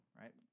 right